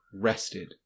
rested